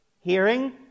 hearing